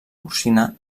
porcina